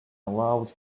allowed